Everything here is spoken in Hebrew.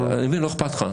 אני מבין שלא אכפת לך.